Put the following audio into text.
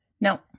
No